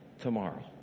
tomorrow